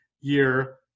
year